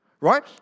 right